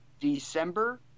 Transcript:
December